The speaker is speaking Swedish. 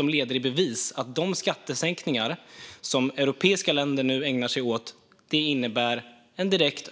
De leder nämligen i bevis att de skattesänkningar som europeiska länder nu ägnar sig åt innebär en direkt